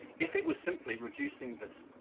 if it was simply reducing this,